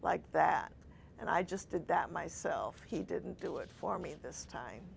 like that and i just did that myself he didn't do it for me this time